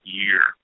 year